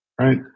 right